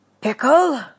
Pickle